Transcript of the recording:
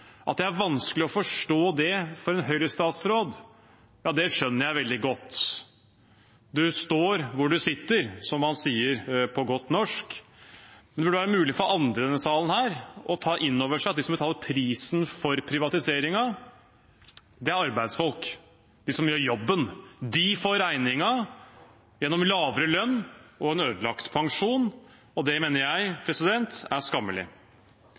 at det er vanskelig å forstå det for en Høyre-statsråd, ja det skjønner jeg veldig godt. Man står hvor man sitter, som man sier på godt norsk. Men det er mulig for andre i denne salen å ta innover seg at de som betaler prisen for privatiseringen, er arbeidsfolk, de som gjør jobben. De får regningen gjennom lavere lønn og en ødelagt pensjon – og det mener jeg er skammelig.